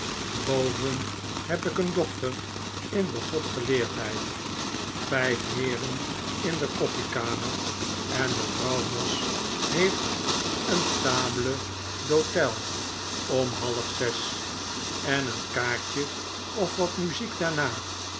boven heb ik een doctor in de godgeleerdheid vijf heeren in de kofflekamer en mevrouw moss heeft een table dhote om half zes en een kaartje of wat muziek daarna